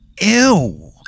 Ew